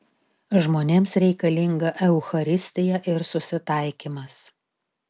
žmonėms reikalinga eucharistija ir susitaikymas